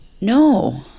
No